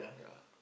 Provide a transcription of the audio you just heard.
yeah